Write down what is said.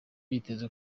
biteze